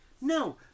No